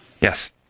Yes